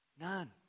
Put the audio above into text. None